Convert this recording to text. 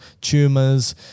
tumors